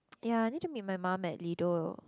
ya I need to meet my mum at Lido